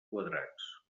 quadrats